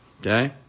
Okay